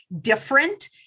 different